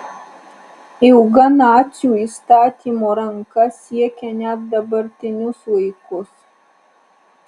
ilga nacių įstatymo ranka siekia net dabartinius laikus